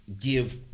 give